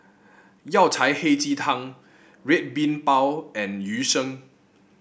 Yao Cai Hei Ji Tang Red Bean Bao and Yu Sheng